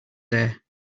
there